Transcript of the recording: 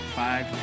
five